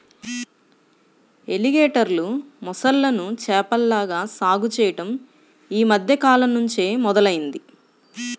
ఎలిగేటర్లు, మొసళ్ళను చేపల్లాగా సాగు చెయ్యడం యీ మద్దె కాలంనుంచే మొదలయ్యింది